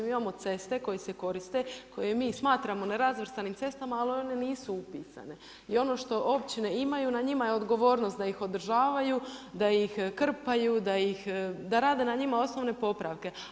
Mi imamo ceste koje se koriste, koje mi smatramo nerazvrstanim cestama ali one nisu upisane i ono što općine imaju na njima je odgovornost da ih održavaju, da ih krpaju, da rade na njima osnovne popravke.